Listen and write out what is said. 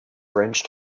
wrenched